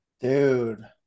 dude